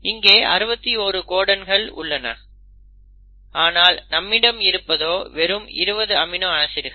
இங்கே 61 கோடன்கள் உள்ளன ஆனால் நம்மிடம் இருப்பதோ வெறும் 20 அமினோ ஆசிட்கள்